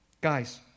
Guys